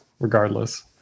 regardless